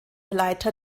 leiter